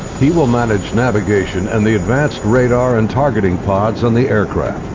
he will manage navigation and the advanced radar and targeting pods on the aircraft.